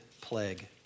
plague